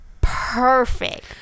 perfect